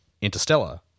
Interstellar